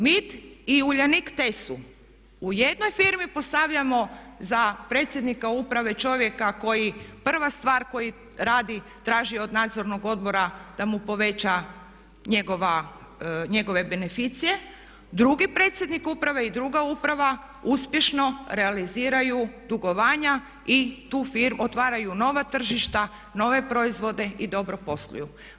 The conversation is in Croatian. MIT i Uljanik TESU u jednoj firmi postavljamo za predsjednika uprave čovjeka koji, prva stvar koji radi, traži od nadzornog odbora da mu poveća njegove beneficije, drugi predsjednik uprave i druga uprava uspješno realiziraju dugovanja i tu otvaraju nova tržišta, nove proizvode i dobro posluju.